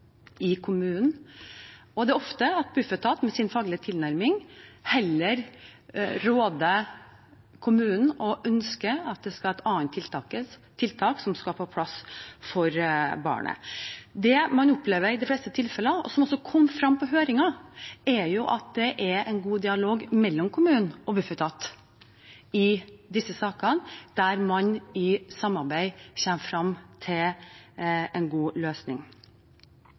i kommunen. Det er ofte at Bufetat med sin faglige tilnærming heller råder kommunen til og ønsker at et annet tiltak kommer på plass for barnet. Det man opplever i de fleste tilfeller, og som også kom frem på høringen, er at det er en god dialog mellom kommunen og Bufetat i disse sakene, der man i samarbeid kommer frem til en god løsning.